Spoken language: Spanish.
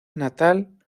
natal